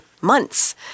months